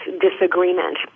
disagreement